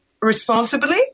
responsibly